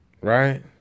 right